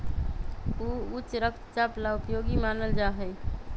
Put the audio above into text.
ऊ उच्च रक्तचाप ला उपयोगी मानल जाहई